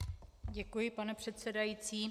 Děkuji, pane předsedající.